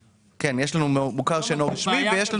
כן, יש לנו מוכר שאינו רשמי ויש לנו